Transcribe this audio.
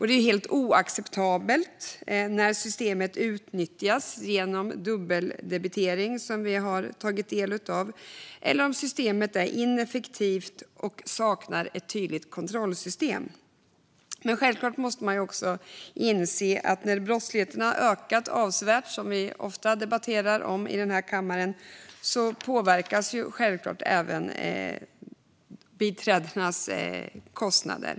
Det är helt oacceptabelt när systemet utnyttjas genom dubbeldebitering, som vi har tagit del av, eller om systemet är ineffektivt och saknar ett tydligt kontrollsystem. Men självklart måste man också inse att brottsligheten har ökat avsevärt, som vi ofta debatterar i denna kammare, och då påverkas även biträdenas kostnader.